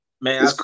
Man